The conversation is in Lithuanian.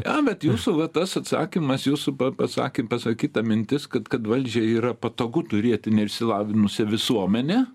a bet jūsų va tas atsakymas jūsų pa pasakė pasakyta mintis kad kad valdžiai yra patogu turėti neišsilavinusią visuomenė